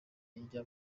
ijya